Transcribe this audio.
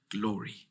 glory